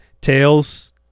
Tails